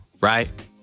right